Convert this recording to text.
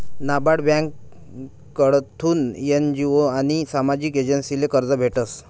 नाबार्ड ब्यांककडथून एन.जी.ओ आनी सामाजिक एजन्सीसले कर्ज भेटस